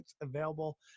available